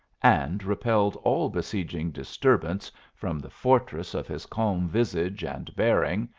and repelled all besieging disturbance from the fortress of his calm visage and bearing,